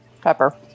Pepper